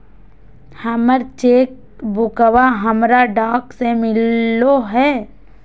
हमर चेक बुकवा हमरा डाक से मिललो हे